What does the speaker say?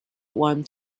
one